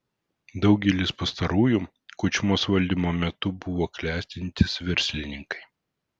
daugelis pastarųjų kučmos valdymo metu buvo klestintys verslininkai